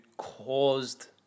caused